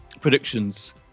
predictions